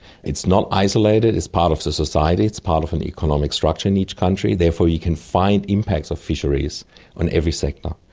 it's not isolated. it's part of the society. it's part of an economic structure in each country therefore you can find impacts of fisheries on every sector.